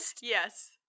Yes